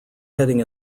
heading